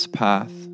path